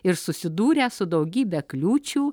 ir susidūrę su daugybe kliūčių